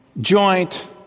joint